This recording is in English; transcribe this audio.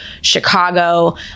Chicago